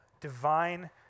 divine